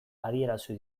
adierazi